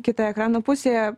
kitoj ekrano pusėje